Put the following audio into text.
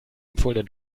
empfohlene